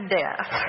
death